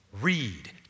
Read